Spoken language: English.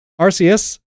RCS